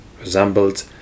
resembled